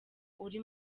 uri